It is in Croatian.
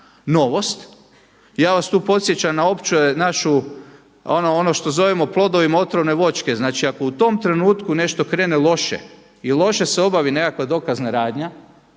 novost. Ja vas tu podsjećam na opće našu ono što zovemo plodovima otrovne voćke. Znači, ako u tom trenutku nešto krene loše i loše se obavi nekakva dokazna radnja